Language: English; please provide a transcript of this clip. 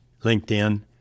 LinkedIn